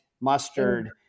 mustard